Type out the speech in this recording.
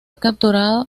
capturado